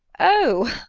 oh!